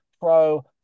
Pro